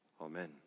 Amen